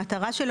המשמעות של